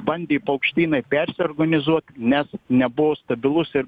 bandė paukštynai persiorganizuot nes nebuvo stabilus ir